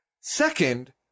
Second